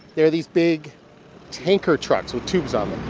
there are these big tanker trucks with tubes on them.